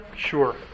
Sure